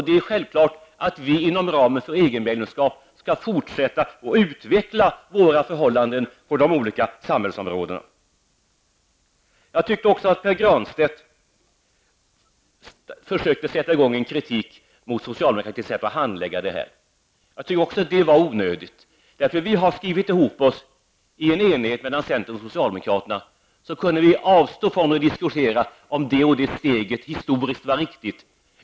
Det är självklart att vi inom ramen för ett EG medlemskap skall fortsätta att utveckla våra förhållanden på de olika samhällsområdena. Pär Granstedt försöker få i gång en debatt om socialdemokratins handläggning av detta. Jag tycker det är onödigt. Om vi har skrivit ihop oss, centern och socialdemokratin, kan vi avstå från att diskutera om det eller det steget var historiskt riktigt.